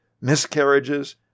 miscarriages